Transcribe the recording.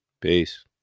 peace